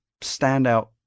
standout